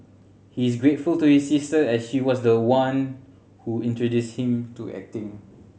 he is grateful to his sister as she was the one who introduced him to acting